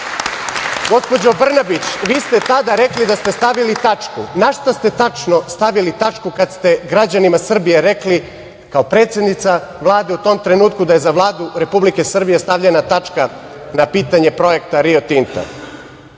podršku? Gospođo Brnabić, vi ste tada rekli da ste stavili tačku. Na šta ste tačno stavili tačku kada ste građanima Srbije rekli, kao predsednica Vlade u tom trenutku, da je za Vladu Republike Srbije stavljena tačka na pitanje projekta „Rio Tinta“?